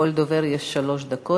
לכל דובר יש שלוש דקות.